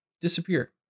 disappear